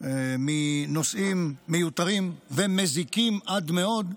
בנושאים מיותרים ומזיקים עד מאוד,